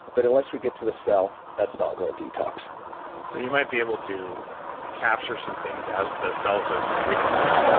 but unless you get to the cell that's not real detox so, you might be able to capture some things as the cells are excreting them.